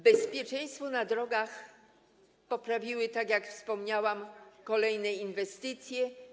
Bezpieczeństwo na drogach poprawiły, tak jak wspomniałam, kolejne inwestycje.